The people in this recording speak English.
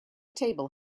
table